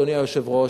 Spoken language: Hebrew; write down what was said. אדוני היושב-ראש,